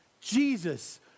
Jesus